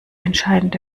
entscheidende